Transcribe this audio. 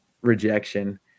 rejection